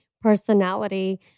personality